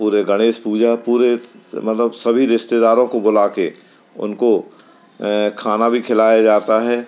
पूरे गणेश पूजा पूरे मतलब सभी रिश्तेदारों को बुला के उनको खाना भी खिलाया जाता है